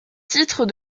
titre